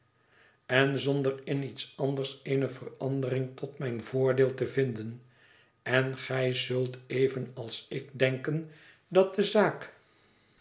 en zonder in iets anders eene verandering tot mijn voordeel te vinden en gij zult evenals ik denken dat de zaak